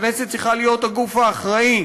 הכנסת צריכה להיות הגוף האחראי,